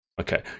okay